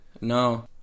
No